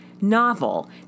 novel